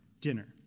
dinner